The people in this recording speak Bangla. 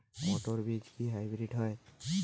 মটর বীজ কি হাইব্রিড হয়?